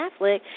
Affleck